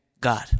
God